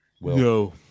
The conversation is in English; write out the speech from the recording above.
No